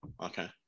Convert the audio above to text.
Okay